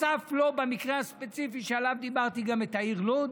ובמקרה הספציפי שעליו דיברתי, גם בעיר לוד.